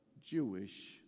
Jewish